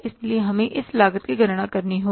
इसलिए हमें इस लागत की गणना करनी होगी